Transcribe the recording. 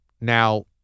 Now